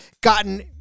gotten